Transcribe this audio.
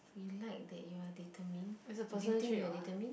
you like that you are determined do you think you are determined